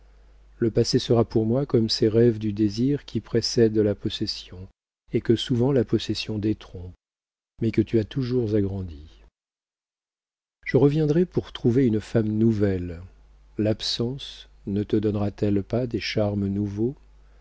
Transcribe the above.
le passé sera pour moi comme ces rêves du désir qui précèdent la possession et que souvent la possession détrompe mais que tu as toujours agrandis je reviendrai pour trouver une femme nouvelle l'absence ne te donnera t elle pas des charmes nouveaux